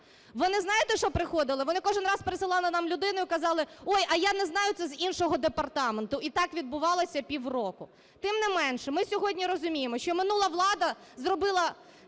Вони, знаєте, що приходили? Вони кожен раз присилали нам людину і казали: "Ой, а я не знаю. Це з іншого департаменту". І так відбувалося півроку. Тим не менше, ми сьогодні розуміємо, що минула влада зробила